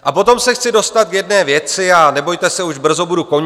A potom se chci dostat k jedné věci, a nebojte se, už brzo budu končit.